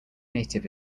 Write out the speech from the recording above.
native